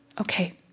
Okay